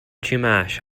chumash